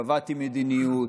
קבעתי מדיניות.